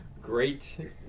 Great